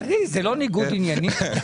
זה לא ניגוד עניינים?